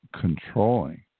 controlling